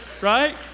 Right